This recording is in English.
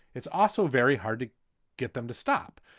it's also very hard to get them to stop.